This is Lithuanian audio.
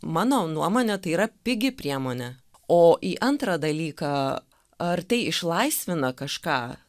mano nuomone tai yra pigi priemonė o į antrą dalyką ar tai išlaisvina kažką